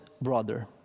brother